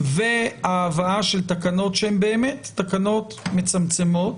וההבאה של תקנות שהן באמת תקנות מצמצמות,